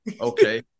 Okay